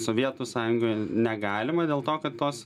sovietų sąjungoj negalima dėl to kad tos